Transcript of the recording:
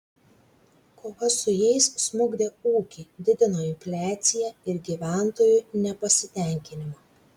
kova su jais smukdė ūkį didino infliaciją ir gyventojų nepasitenkinimą